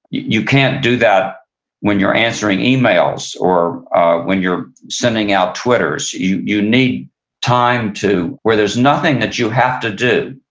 you can't do that when you're answering emails, or when you're sending out twitters. you you need time where there's nothing that you have to do,